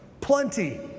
Plenty